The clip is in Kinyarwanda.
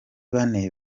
bane